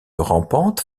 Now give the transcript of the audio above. rampante